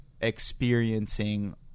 experiencing